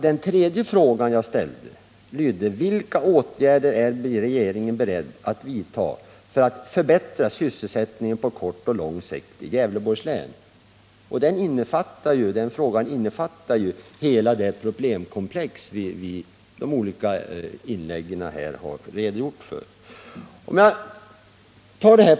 Den tredje frågan i min interpellation lydde: Den frågan innefattar ju hela det problemkomplex som vi i de olika inläggen här har redogjort för.